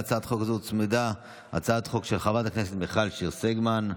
להצעת החוק הזו הוצמדה הצעת חוק של חברת הכנסת מיכל שיר סגמן,